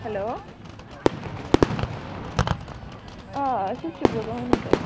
hello آ أسۍ حظ چھِ بوزان ؤنِو تُہۍ